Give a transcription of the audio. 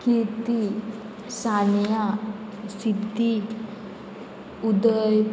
Kirti Sania Siddhi Uday